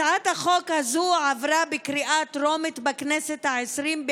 הצעת החוק הזו עברה בקריאה טרומית בכנסת העשרים,